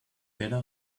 better